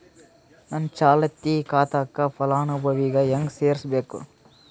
ನನ್ನ ಚಾಲತಿ ಖಾತಾಕ ಫಲಾನುಭವಿಗ ಹೆಂಗ್ ಸೇರಸಬೇಕು?